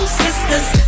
sisters